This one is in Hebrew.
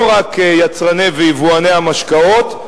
לא רק יצרני ויבואני המשקאות,